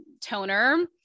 toner